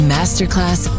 Masterclass